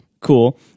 Cool